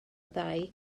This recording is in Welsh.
ddau